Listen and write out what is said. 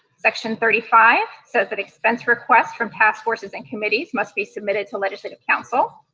section thirty five says that expense requests from task forces and committees must be submitted to legislative council.